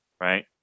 right